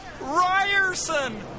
Ryerson